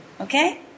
okay